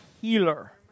healer